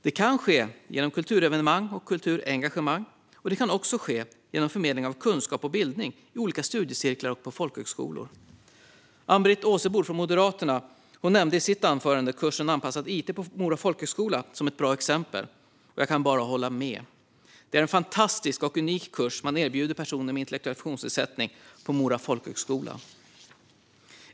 Detta kan ske genom kulturevenemang och kulturengagemang, och det kan också ske genom förmedling av kunskap och bildning i olika studiecirklar och på folkhögskolor. Ann-Britt Åsebol från Moderaterna nämnde i sitt anförande kursen Anpassad IT på Mora folkhögskola som ett bra exempel, och jag kan bara hålla med. Det är en fantastisk och unik kurs som man erbjuder personer med intellektuell funktionsnedsättning på Mora folkhögskola.